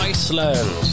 Iceland